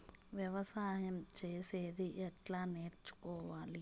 వ్యవసాయం చేసేది ఎట్లా నేర్చుకోవాలి?